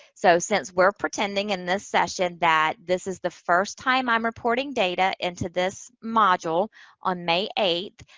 so, since we're pretending in this session that this is the first time i'm reporting data into this module on may eighth,